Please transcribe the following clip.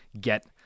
get